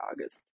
August